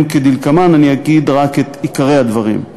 הם כדלקמן, אני אגיד רק את עיקרי הדברים: